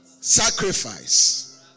Sacrifice